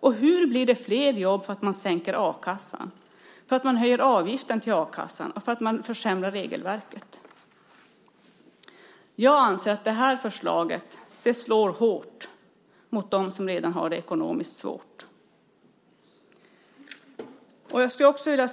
Och hur blir det flera jobb för att man sänker a-kassan, för att man höjer avgiften till a-kassan och för att man försämrar regelverket? Jag anser att detta förslag slår hårt mot dem som redan har det ekonomiskt svårt. Det är också